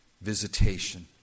visitation